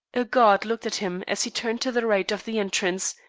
a guard looked at him as he turned to the right of the entrance,